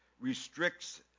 restricts